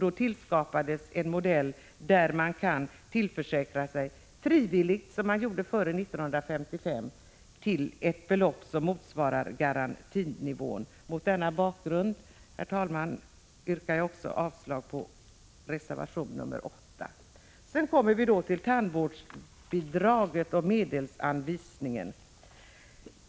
Då tillskapades en försäkringsmodell där man liksom före 1955 frivilligt kunde försäkra sig till ett belopp motsvarande garantinivån. Mot denna bakgrund, herr talman, yrkar jag avslag också på reservation 8. Så till frågan om tandvårdsbidragen och medelsanvisningen.